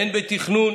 הן בתכנון